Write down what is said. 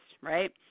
right